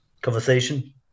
conversation